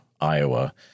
Iowa